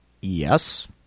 Yes